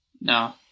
No